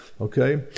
okay